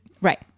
Right